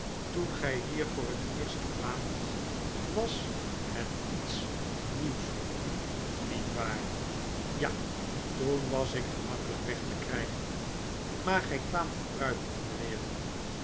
toen p hier voor het eerst kwaamt was het iets meuws voor u niet waar p ja toen was ik gemakkelyk weg te krijgen maar gij kwaamt vooruit in de wereld